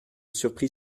surprit